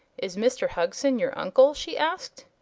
is mr. hugson your uncle? she asked.